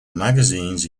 magazines